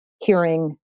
hearing